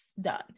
done